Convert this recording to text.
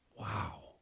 wow